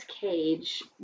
Cage